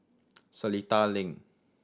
Seletar Link